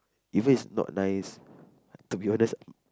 even if it's not nice to be honest